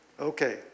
Okay